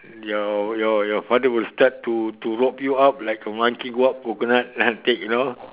your your your father will start to to rope you out like a monkey go up coconut and take you know